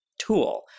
tool